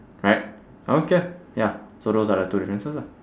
right okay ya so those are the two differences lah